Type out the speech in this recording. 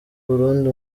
burundi